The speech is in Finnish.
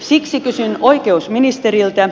siksi kysyn oikeusministeriltä